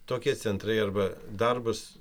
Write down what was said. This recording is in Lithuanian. tokie centrai arba darbas